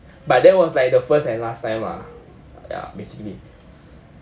but that was like the first and last time ah ya basically